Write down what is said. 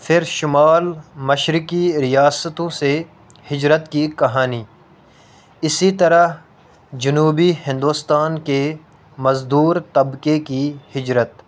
پھر شمال مشرقی ریاستوں سے ہجرت کی کہانی اسی طرح جنوبی ہندوستان کے مزدور طبقے کی ہجرت